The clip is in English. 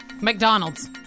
McDonald's